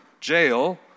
jail